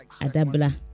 Adabla